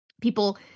People